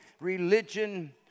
religion